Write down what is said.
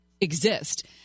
exist